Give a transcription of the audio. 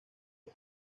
los